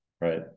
right